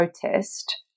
protest